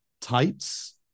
tights